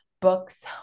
books